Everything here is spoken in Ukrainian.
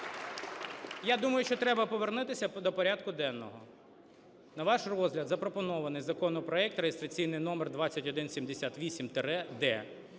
Я думаю, що треба повернутися до порядку денного. На ваш розгляд запропонований законопроект, реєстраційний номер 2178-д.